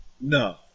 no